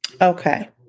Okay